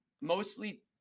mostly